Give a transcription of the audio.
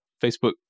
Facebook